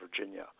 Virginia